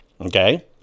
okay